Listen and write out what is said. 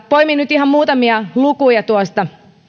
poimin nyt ihan muutamia lukuja tuosta